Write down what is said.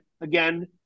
Again